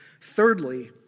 Thirdly